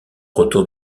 retour